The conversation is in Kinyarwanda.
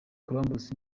columbus